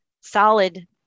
solid